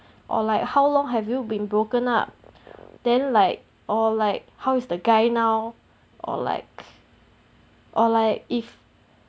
or like how long have you been broken up then like or like how is the guy now or like or like if